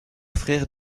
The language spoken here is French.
frère